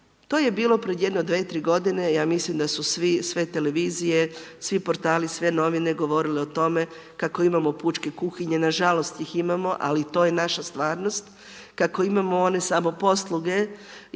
To je bilo pred jedno 2-3 godine, ja mislim da su sve televizije, svi portali, sve novine govorili o tome kako imamo pučke kuhinje. Nažalost ih imamo, ali to je naša stvarnost. Kako imamo one samoposluge i to je